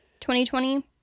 2020